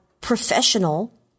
professional